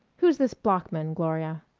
who's this bloeckman, gloria?